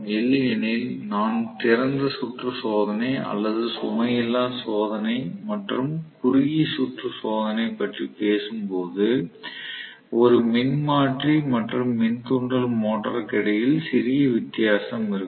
இல்லையெனில் நான் திறந்த சுற்று சோதனை அல்லது சுமை இல்லாத சோதனை மற்றும் குறுகிய சுற்று சோதனை பற்றி பேசும்போது ஒரு மின்மாற்றி மற்றும் மின் தூண்டல் மோட்டாருக்கு இடையில் சிறிய வித்தியாசம் இருக்கும்